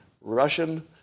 Russian